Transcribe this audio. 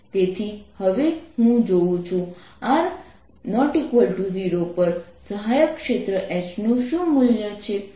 તેથી હવે હું જોઉં છું r0પર સહાયક ક્ષેત્ર H નું શું મૂલ્ય છે